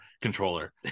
controller